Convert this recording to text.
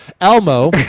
Elmo